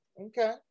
Okay